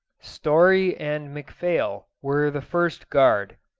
story and mcphail were the first guard.